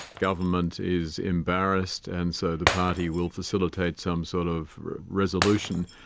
government is embarrassed, and so the party will facilitate some sort of resolution.